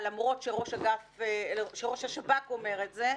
ברשתות וההתראה של ראש השב"כ על מה שצפוי,